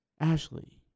Ashley